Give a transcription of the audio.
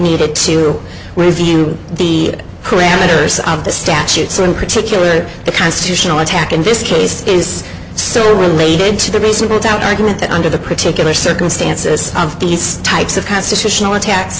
needed to review the qur'an matters of the statutes and particularly the constitutional attack in this case is still related to the reasonable doubt argument that under the particular circumstances of these types of constitutional attacks